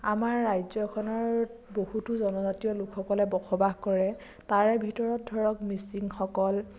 আমাৰ ৰাজ্যখনত বহুতো জনজাতীয় লোকসকলে বসবাস কৰে তাৰে ভিতৰত ধৰক মিচিংসকল